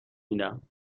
میدم